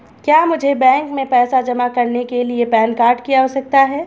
क्या मुझे बैंक में पैसा जमा करने के लिए पैन कार्ड की आवश्यकता है?